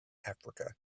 africa